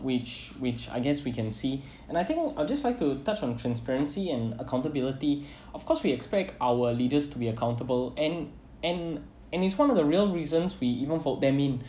which which I guess we can see and I think I'll just like to touch on transparency and accountability of course we expect our leaders to be accountable and and and it's one of the real reasons we even vote them in